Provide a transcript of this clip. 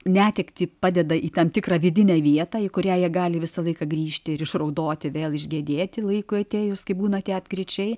netektį padeda į tam tikrą vidinę vietą į kurią jie gali visą laiką grįžti ir išraudoti vėl išgedėti laikui atėjus kai būna tie atkryčiai